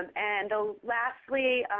and lastly,